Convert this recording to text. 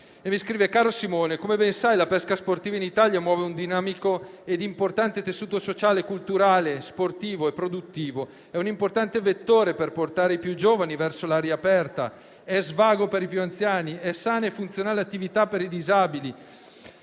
reimmissioni: «Caro Simone, come ben sai la pesca sportiva in Italia muove un dinamico ed importante tessuto sociale, culturale, sportivo e produttivo; è un importante vettore per portare i più giovani verso l'aria aperta, è svago per i più anziani, è sana e funzionale attività per i disabili.